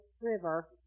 River